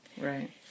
Right